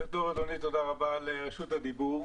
בוקר טוב אדוני, תודה רבה על רשות הדיבור.